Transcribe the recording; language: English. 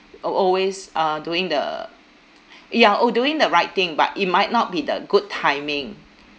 uh always uh doing the ya or doing the right thing but it might not be the good timing